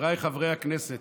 חבריי חברי הכנסת,